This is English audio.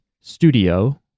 Studio